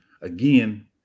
again